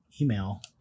email